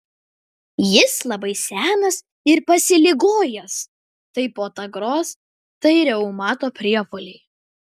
jis labai senas ir pasiligojęs tai podagros tai reumato priepuoliai